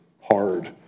Hard